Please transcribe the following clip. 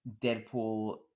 Deadpool